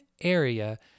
area